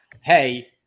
hey –